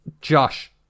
Josh